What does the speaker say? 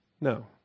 No